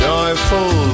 Joyful